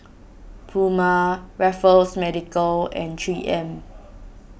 Puma Raffles Medical and three M